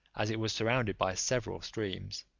as it was surrounded by several streams,